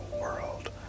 world